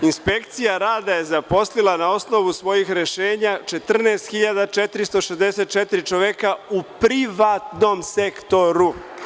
Inspekcija rada je zaposlila, na osnovu svojih rešenja, 14.464 čoveka u privatnom sektoru.